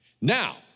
Now